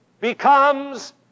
becomes